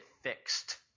fixed